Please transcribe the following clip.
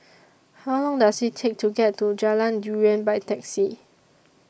How Long Does IT Take to get to Jalan Durian By Taxi